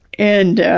and